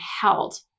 held